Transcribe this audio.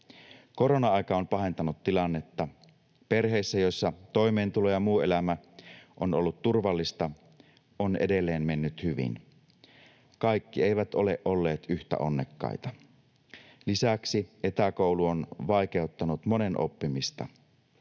Korona-aika on pahentanut tilannetta. Perheissä, joissa toimeentulo ja muu elämä on ollut turvallista, on edelleen mennyt hyvin. Kaikki eivät ole olleet yhtä onnekkaita. Lisäksi etäkoulu on vaikeuttanut monen oppimista.